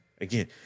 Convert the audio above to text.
again